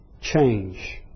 change